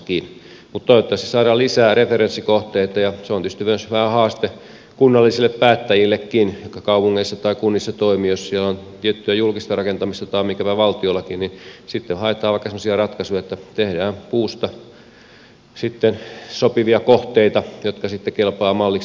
mutta toivottavasti saadaan lisää referenssikohteita ja se on tietysti myös vähän haaste kunnallisille päättäjillekin jotka kaupungeissa tai kunnissa toimivat tai mikseipä valtiollakin että jos siellä on tiettyä julkista rakentamista niin sitten haetaan vaikka semmoisia ratkaisuja että tehdään puusta sopivia kohteita jotka sitten kelpaavat malliksi muuallekin